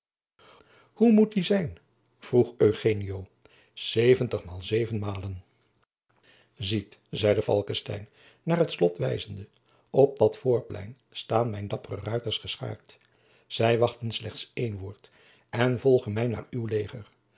hoe moet die zijn vroeg zeventig maal zeven malen iet zeide falckestein naar het slot wijzende op dat voorplein staan mijn dappere ruiters geschaard zij wachten slechts één woord en volgen mij naar uw leger